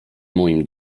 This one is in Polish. moim